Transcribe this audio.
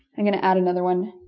i'm gunna add another one,